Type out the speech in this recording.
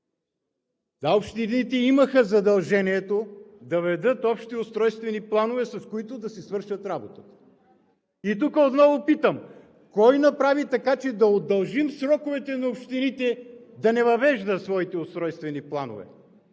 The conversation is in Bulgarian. Да, общините имаха задължението да въведат общи устройствени планове, с които да си свършат работата. Тук отново питам: кой направи така, че да удължим сроковете на общините да не въвеждат своите устройствени планове?